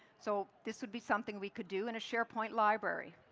so this would be something we could do in a sharepoint library.